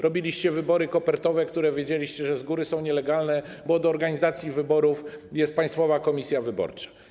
Robiliście wybory kopertowe, o których wiedzieliście z góry, że są nielegalne, bo od organizacji wyborów jest Państwowa Komisja Wyborcza.